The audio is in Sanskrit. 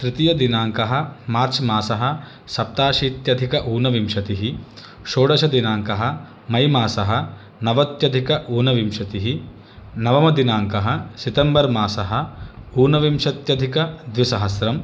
तृतीयदिनाङ्कः मार्च् मासः सप्ताशीत्यधिक ऊनविंशतिः षोडषदिनाङ्कः मैमासः नवत्यधिक ऊनविंशतिः नवमदिनाङ्कः सितम्बर् मासः ऊनविंशत्यधिकद्विसहस्रम्